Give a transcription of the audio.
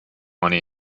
money